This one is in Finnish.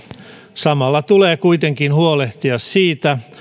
samalla tulee kuitenkin huolehtia siitä